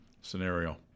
scenario